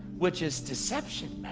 which is deception.